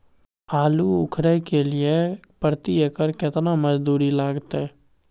आलू उखारय के लिये प्रति एकर केतना मजदूरी लागते?